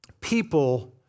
people